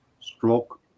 stroke